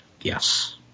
yes